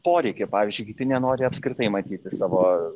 poreikiai pavyzdžiui kiti nenori apskritai matyti savo